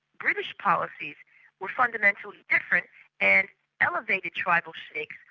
british policies were fundamentally different and elevated tribal shahs, like